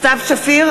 סתיו שפיר,